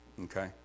okay